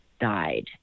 died